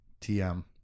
TM